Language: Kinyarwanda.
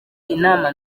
inama